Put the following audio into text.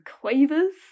Quavers